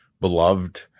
beloved